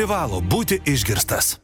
privalo būti išgirstas